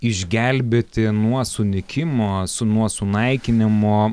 išgelbėti nuo sunykimo su nuo sunaikinimo